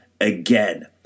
again